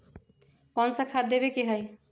कोन सा खाद देवे के हई?